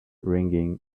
ringing